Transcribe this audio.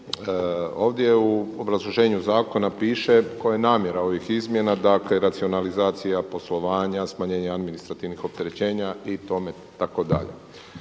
Ovdje u obrazloženju zakona piše koja je namjera ovih izmjena, dakle racionalizacija poslovanja, smanjenja administrativnih opterećenja itd. i sada se